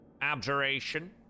abjuration